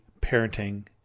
parenting